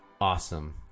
awesome